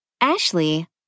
Ashley